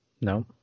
No